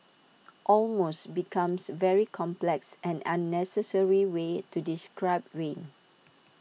almost becomes very complex and unnecessary way to describe rain